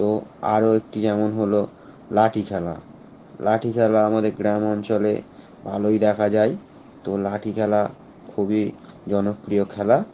তো আরো একটি যেমন হলো লাঠি খেলা লাঠি খেলা আমাদের গ্রামাঞ্চলে ভালোই দেখা যাই তো লাঠি খেলা খুবই জনপ্রিয় খেলা